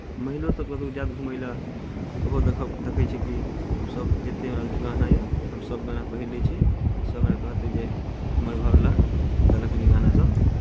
महिलो सभ कतहु जायत घुमय लए तऽ ओहो देखय देखै छै कि हमसभ जतेक हमरा लग गहना यए हमसभ गहना पहीर लैत छी तऽ सभ हमरा कहतै जे हमर घरवला देलक हन ई गहनासभ